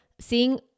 seeing